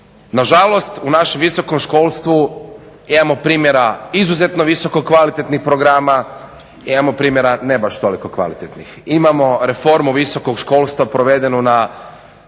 Nažalost, u našem visokoškolstvu imamo primjera izuzetno visoko kvalitetnih programa, imamo primjera ne baš toliko kvalitetnih, imamo reformu visokog školstva provedenu na